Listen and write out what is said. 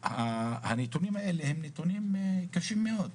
והנתונים האלה הם נתונים קשים מאוד.